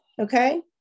okay